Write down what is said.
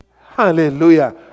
Hallelujah